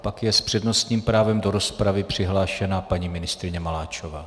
Pak je s přednostním právem do rozpravy přihlášena paní ministryně Maláčová.